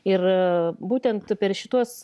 ir būtent per šituos